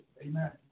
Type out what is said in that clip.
Amen